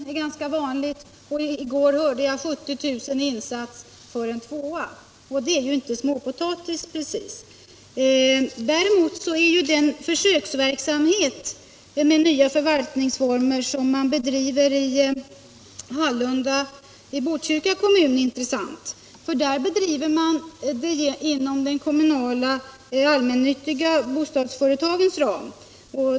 är ett ganska vanligt belopp, och i går hörde jag talas om en insats på 70 000 kr. för en tvåa. Det är ju inte småpotatis precis! Däremot är den försöksverksamhet med nya förvaltningsformer som bedrivs i Hallunda i Botkyrka kommun intressant, eftersom den bedrivs inom de kommunala och allmännyttiga bostadsföretagens ram.